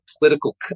political